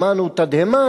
שמענו תדהמה,